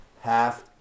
half